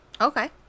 Okay